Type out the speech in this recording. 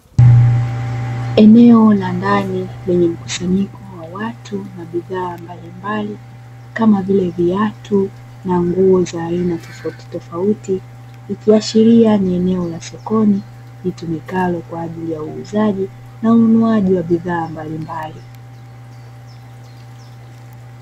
Eneo la ndani lenye mkusanyiko wa watu na bidhaa mbalimbali kama vile viatu na nguo za aina tofautitofauti, ikiashiria ni eneo la sokoni litumikalo kwa ajili ya uuzaji na ununuaji wa bidhaa mbalimbali.